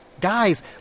Guys